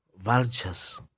Vultures